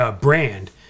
brand